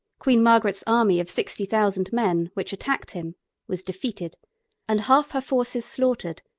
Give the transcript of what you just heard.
queen margaret's army of sixty thousand men which attacked him was defeated and half her forces slaughtered,